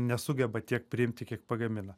nesugeba tiek priimti kiek pagamina